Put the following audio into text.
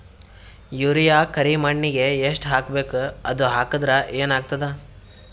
Urea ಕರಿಮಣ್ಣಿಗೆ ಎಷ್ಟ್ ಹಾಕ್ಬೇಕ್, ಅದು ಹಾಕದ್ರ ಏನ್ ಆಗ್ತಾದ?